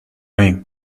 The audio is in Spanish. ahí